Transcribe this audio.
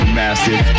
massive